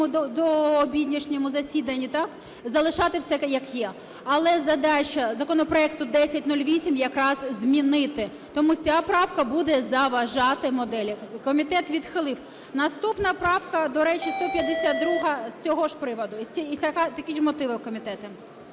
дообідішньому засіданні, залишати все як є. Але задача законопроекту 1008 якраз змінити, тому ця правка буде заважати моделі. Комітет відхилив. Наступна правка, до речі, 152-а з цього ж приводу і такі ж мотиви у комітету.